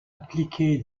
impliqué